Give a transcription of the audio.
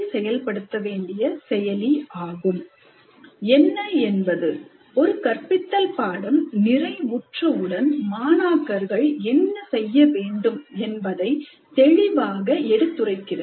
"என்ன" என்பது ஒரு கற்பித்தல் பாடம் நிறைவுற்ற உடன் மாணாக்கர்கள் என்ன செய்ய வேண்டும் என்பதை தெளிவாக எடுத்துரைக்கிறது